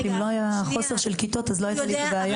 אם לא היה חוסר של כיתות אז לא הייתה הבעיה הזאת.